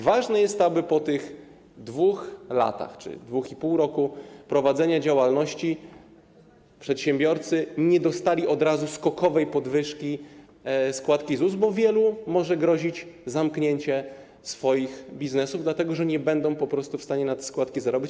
Ważne jest to, aby po tych 2 latach czy 2,5 roku prowadzenia działalności przedsiębiorcy nie dostali od razu skokowej podwyżki składki ZUS, bo wielu może grozić zamknięcie ich biznesów, dlatego że nie będą po prostu w stanie na te składki zarobić.